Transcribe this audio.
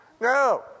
No